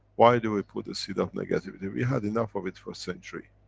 why do we put the seed of negativity? we had enough of it for century.